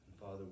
Father